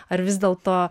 ar vis dėlto